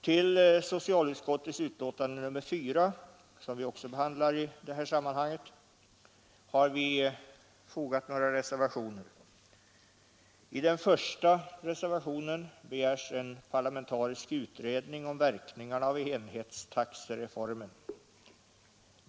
Till socialutskottets betänkande nr 4, som också behandlas i detta sammanhang, har vi fogat några reservationer. I reservationen 1 begärs en parlamentarisk utredning om verkningarna av enhetstaxereformen.